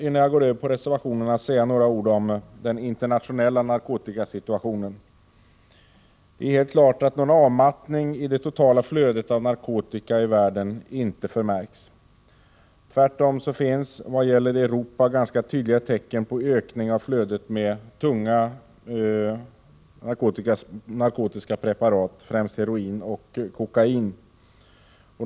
Innan jag går över till reservationerna, vill jag säga några ord om den internationella narkotikasituationen. Någon avmattning i det totala flödet av narkotika i världen förmärks inte. Tvärtom finns vad gäller Europa ganska tydliga tecken på en ökning av flödet av tunga narkotiska preparat, främst heroin och kokain.